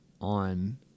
on